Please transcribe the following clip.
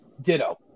Ditto